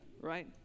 right